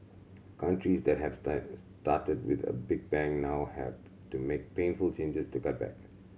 countries that have started with a big bang now have to make painful changes to cut back